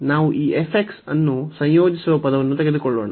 ನಾವು ಈ ಅನ್ನು ಸಂಯೋಜಿಸುವ ಪದವನ್ನು ತೆಗೆದುಕೊಳ್ಳೋಣ